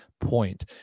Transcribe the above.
point